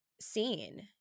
seen